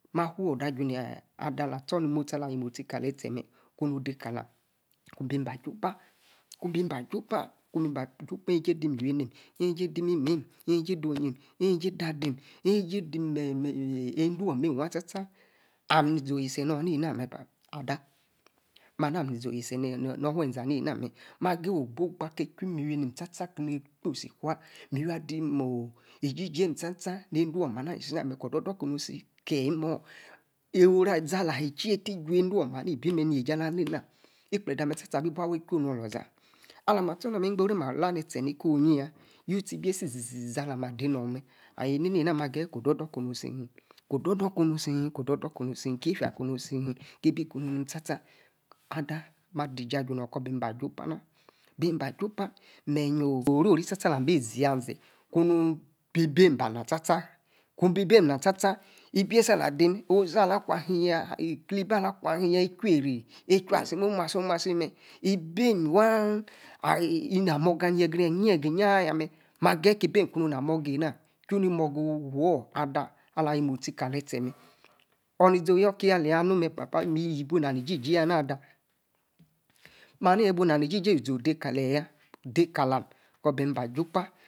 Ma fuu-odor aju na ada alah, astor ni-mostie kaletie, mor ku dey kalah, bem ba jupa, ku bem bo jupa, ku-nu ba, wejie deyi miwi enemi, ejie dey in-mimem, ejie dey in-mimem, ejie dey ojiem ejie da-adim, ejie dey endo-wamah, mem sta-sta ami-ni-izie oh yiste nor, na enamer da ma haa-na meh, ni-izie, oyiste nor oh-wue-eze, ana emah, ma gayi, ogborgba, ke-e-chu, miwi-emem sta-sta nede-womah ama, ali-isi nameh kor-odor-dor ki-si kie imimor, ezi ahahey-itie-ta, iju-bi nor wee-eze, ana, ibi meh, yeji, ala- lama, ikplede amer sta-sta abi bua wa, echu onu, oloza, alah ma, atsor na-mer, igboru-mim alah, ne-tie, ni-ko-yiya utie ibie sa, izi-zi-za alah ma ade no mer, enene-na ma, geyi odor-dor kunsi, ko odor dor kuma-si kie-yefia kebi kumu sta-sta ada ma diji, aju nor, kor bim ba jupa nah, bim ba jupa, meryi oh oro-ri sta-sta alah mi abi zeya-zee konu bi, ebim ba na-sta-sta kun, bi-bem ba, nah-sta-sta, ibie-sa alah dim, oh-si, alah akwa kim-yaa, ikli-ki-bi alah kwa kim-ya, echeriey, echa asim, omu-musi mer, ebim waan, ni-na morga ne-greba-egre-epa, iyi ah ayah mer, ma geyi, kibi na morga ena, chui ni-morga ufu, ada alah, ayi mostie kale, teh mer or ni-ze oh yor ki mer, papa, me-bu na ni-jiji-yanah ada, ma, ha, ni-yi-bu na-ni ijiji odekaleyi yaa dekalam kor bim ba jupa.